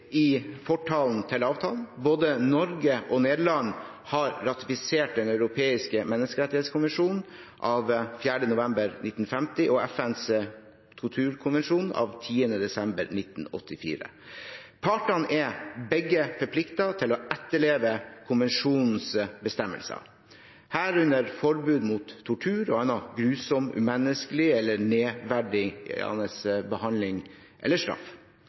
i fortalen til avtalen. Både Norge og Nederland har ratifisert Den europeiske menneskerettskonvensjon av 4. november 1950 og FNs torturkonvensjon av 10. desember 1984. Partene er begge forpliktet til å etterleve konvensjonenes bestemmelser, herunder forbud mot tortur og annen grusom, umenneskelig eller nedverdigende behandling eller straff.